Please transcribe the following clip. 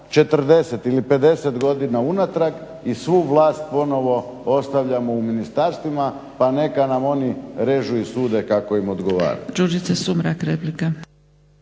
40 ili 50 godina unatrag i svu vlast ponovo ostavljamo u ministarstvima pa neka nam oni režu i sude kako im odgovara.